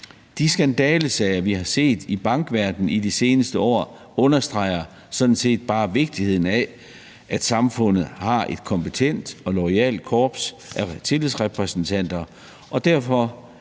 De skandalesager, vi har set i bankverdenen i de seneste år, understreger sådan set bare vigtigheden af, at samfundet har et kompetent og loyalt korps af tillidsrepræsentanter, og derfor